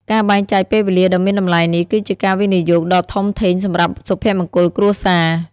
ការបែងចែកពេលវេលាដ៏មានតម្លៃនេះ គឺជាការវិនិយោគដ៏ធំធេងសម្រាប់សុភមង្គលគ្រួសារ។